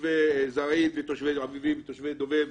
תושבי זרעית ותושבי אביבים ותושבי דובב.